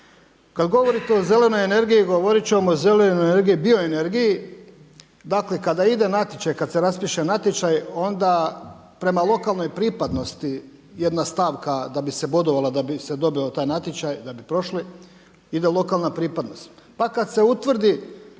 Kada govorite o zelenoj energiji, govorit ćemo o zelenoj energiji, bioenergiji, dakle kada ide natječaj kada se raspiše natječaj onda prema lokalnoj pripadnosti jedna stavka da bi se bodovala da bi se bodovao taj natječaj da bi prošli, ide lokalna pripadnost. Pa kada se utvrdi